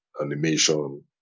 animation